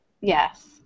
Yes